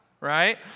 right